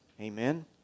Amen